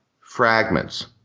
fragments